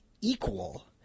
equal